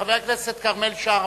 חבר הכנסת כרמל שאמה,